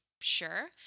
sure